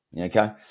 okay